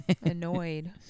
Annoyed